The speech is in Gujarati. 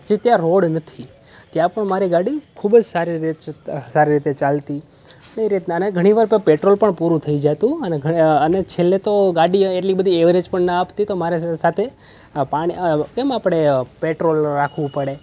જે ત્યાં રોડ નથી ત્યાં પણ મારી ગાડી ખૂબ જ સારી રીતે સારી રીતે ચાલતી એ રીતના અને ઘણીવાર પણ પેટ્રોલ પણ પૂરું થઈ જતું અને અને છેલ્લે તો ગાડી એટલી બધી એવરેજ પણ ના આપતી તો મારે સાથે કેમ આપણે પેટ્રોલ રાખવું પડે